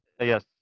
Yes